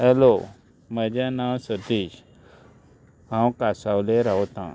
hello म्हजें नांव सतीश हांव कासावले रावतां